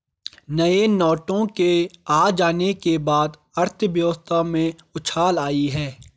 नए नोटों के आ जाने के बाद अर्थव्यवस्था में उछाल आयी है